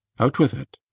out with it!